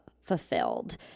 fulfilled